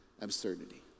absurdity